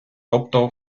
тобто